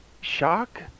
shock